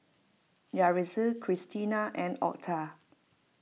Yaretzi Cristina and Otha